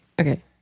Okay